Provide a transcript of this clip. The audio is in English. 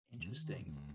Interesting